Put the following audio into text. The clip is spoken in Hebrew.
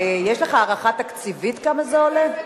יש לך הערכה תקציבית כמה זה עולה?